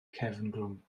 cefngrwm